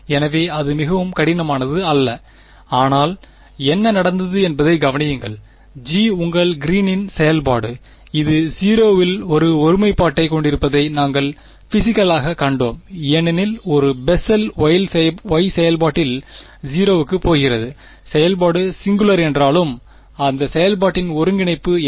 எனவே அது மிகவும் கடினமானது இல்லை ஆனால் என்ன நடந்தது என்பதைக் கவனியுங்கள் G உங்கள் கிரீனின் செயல்பாடு இது 0 இல் ஒரு ஒருமைப்பாட்டைக் கொண்டிருப்பதை நாங்கள் பிசிகளாக கண்டோம் ஏனெனில் ஒரு பெசல் Y செயல்பாட்டில் 0 க்குப் போகிறது செயல்பாடு சிங்குலர் என்றாலும் அந்த செயல்பாட்டின் ஒருங்கிணைப்பு என்ன